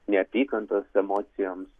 neapykantos emocijoms